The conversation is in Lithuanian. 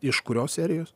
iš kurios serijos